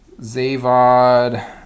Zavod